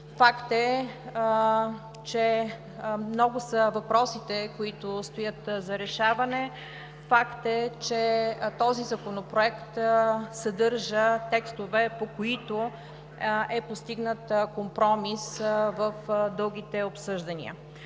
Факт е, че много са въпросите, които стоят за решаване. Факт е, че този законопроект съдържа текстове, по които е постигнат компромис в дългите обсъждания.